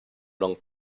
long